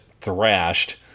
thrashed